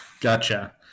gotcha